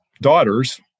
daughters